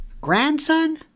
grandson